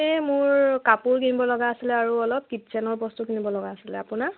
এই মোৰ কাপোৰ কিনিব লগা আছিলে আৰু অলপ কিটচেনৰ বস্তু কিনিব লগা আছিলে আপোনাৰ